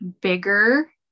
bigger